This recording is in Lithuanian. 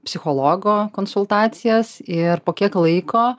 psichologo konsultacijas ir po kiek laiko